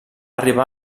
arribar